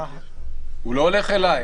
הוא לא הולך אלי.